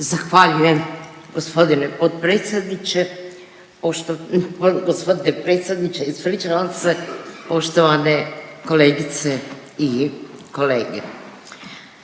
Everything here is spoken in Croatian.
Zahvaljujem gospodine potpredsjedniče. Poštovane kolegice i kolege,